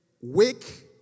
wake